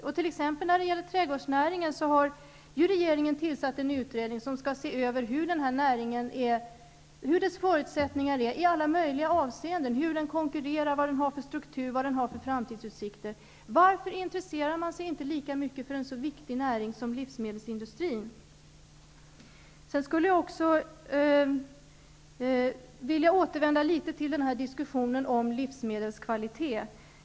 När det t.ex. gäller trädgårdsnäringen har regeringen tillsatt en utredning som skall se över näringen, dess förutsättningar i alla möjliga avseenden, hur den konkurrerar, vad den har för struktur och vad den har för framtidsutsikter. Varför intresserar man sig inte lika mycket för en så viktig näring som livsmedelsindustrin? Jag skulle vilja återvända litet till diskussionen om livsmedelskvalitet.